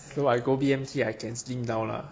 so I go B_M_T I can slim down lah